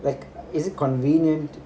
is it convenient